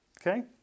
Okay